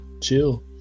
chill